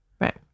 Right